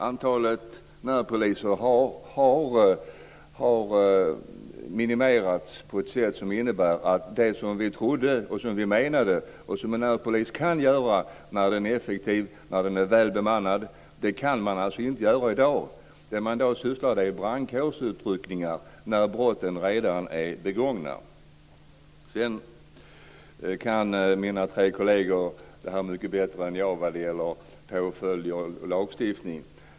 Antalet närpoliser har alltså minskat på ett sätt som innebär att man i dag inte kan göra det som vi trodde och menade att en närpolis skulle göra och som en närpolis kan göra när den är effektiv och väl bemannad. Det man i dag sysslar med är brandkårsutryckningar när brotten redan har blivit begångna. Det här med påföljder och lagstiftningen kan mina tre kolleger mycket bättre än jag.